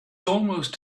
almost